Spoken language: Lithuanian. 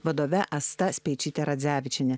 vadove asta speičytė radzevičienė